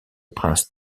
prince